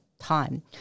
time